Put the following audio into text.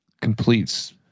completes